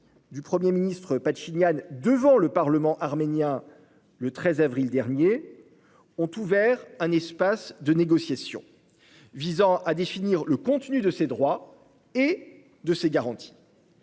le premier ministre Pachinian devant le Parlement arménien le 13 avril dernier, ont ouvert un espace de négociations, visant à définir le contenu de ces droits et de ces garanties.